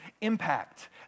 impact